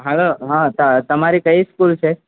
hello હાં તમારી કઈ સ્કૂલ છે